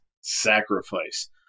Sacrifice